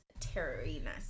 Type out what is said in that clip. terroriness